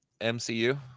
MCU